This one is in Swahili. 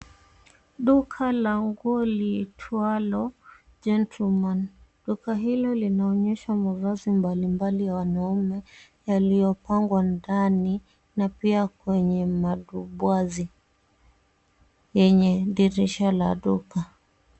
Duka la nguo liitwalo Gentleman. Duka hilo linaonyesha mavazi mbalimbali ya wanaume, yaliyopangwa ndani na pia kwenye madubwazi yenye dirisha la duka.